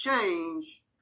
change